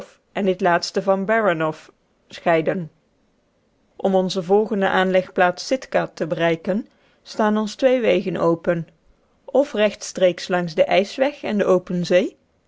en noorwegen bezoeken om er natuurschoon te genieten om onze volgende aanlegplaats sitka te bereiken staan ons twee wegen open f rechtstreeks langs den ijsweg en de open zee